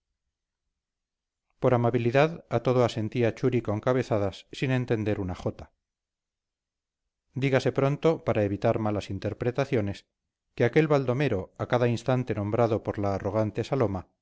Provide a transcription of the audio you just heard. por amabilidad a todo asentía churi con cabezadas sin entender una jota dígase pronto para evitar malas interpretaciones que aquel baldomero a cada instante nombrado por la arrogante saloma